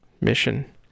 mission